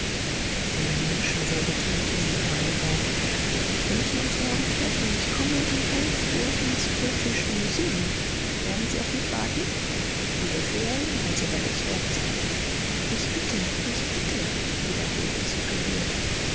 eine menschenwoge trennte sie für einen augenblick wir müssen uns morgen treffen ich komme um elf uhr ins british museum werden sie auf mich warten sie befehlen also werde ich dort sein ich bitte ich bitte wiederholte sie gerührt